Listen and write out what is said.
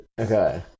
Okay